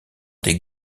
des